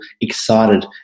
excited